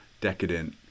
decadent